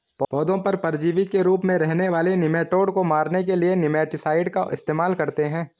पौधों पर परजीवी के रूप में रहने वाले निमैटोड को मारने के लिए निमैटीसाइड का इस्तेमाल करते हैं